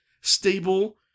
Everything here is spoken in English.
stable